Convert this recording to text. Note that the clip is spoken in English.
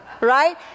Right